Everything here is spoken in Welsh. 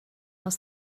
nos